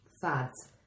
Fads